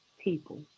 people